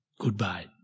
goodbye